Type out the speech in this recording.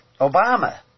Obama